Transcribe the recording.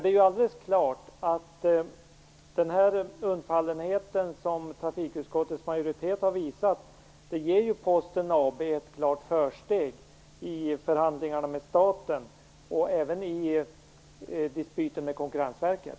Det är alldeles klart att den undfallenhet som trafikutskottets majoritet har visat ger Posten AB ett klart försteg i förhandlingarna med staten och även i dispyten med Konkurrensverket.